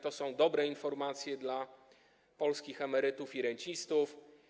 To są dobre informacje dla polskich emerytów i rencistów.